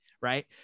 right